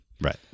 Right